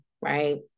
right